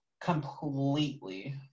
completely